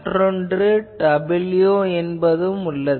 மற்றொன்று 'w' என்பதும் உள்ளது